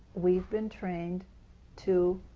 we've been trained to